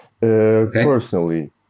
Personally